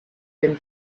been